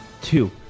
Two